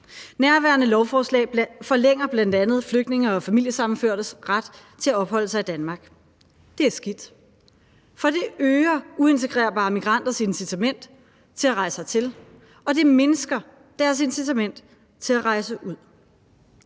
Nærværende lovforslag forlænger bl.a. flygtninge og familiesammenførtes ret til at opholde sig i Danmark. Det er skidt, for det øger uintegrerbare migranters incitament til at rejse hertil, og det mindsker deres incitament til at rejse ud.